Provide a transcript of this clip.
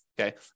okay